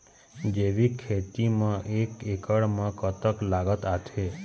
जैविक खेती म एक एकड़ म कतक लागत आथे?